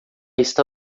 está